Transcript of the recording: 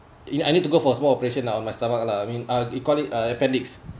in I need to go for a small operation lah on my stomach lah I mean uh it call it uh appendix